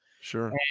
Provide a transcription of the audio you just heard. Sure